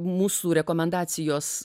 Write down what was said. mūsų rekomendacijos